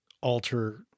alter